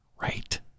Right